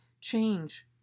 change